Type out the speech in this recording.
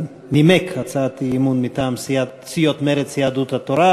שנימק הצעת אי-אמון מטעם סיעות מרצ ויהדות התורה.